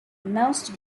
most